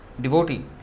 devotee